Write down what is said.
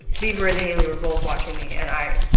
bieber and hailey were both watching me and i,